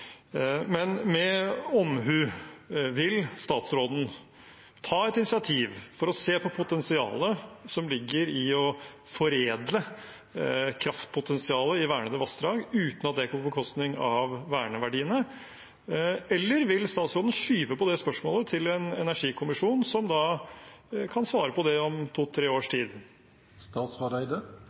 Men – med omhu – vil statsråden ta et initiativ for å se på potensialet som ligger i å foredle kraftpotensialet i vernede vassdrag uten at det går på bekostning av verneverdiene, eller vil statsråden skyve på det spørsmålet til en energikommisjon, som kan svare på det om to-tre års tid?